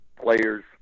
players